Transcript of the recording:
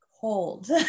Cold